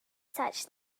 such